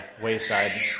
wayside